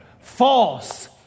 False